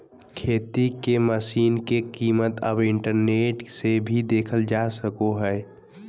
खेती के मशीन के कीमत अब इंटरनेट से भी देखल जा सको हय